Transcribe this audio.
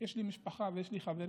חברים